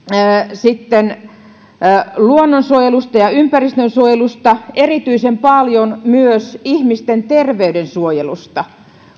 luonnonsuojelusta ja ympäristönsuojelusta myös erityisen paljon ihmisten terveyden suojelusta